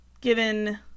given